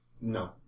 No